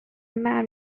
man